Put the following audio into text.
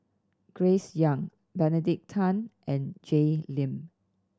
Grace Young Benedict Tan and Jay Lim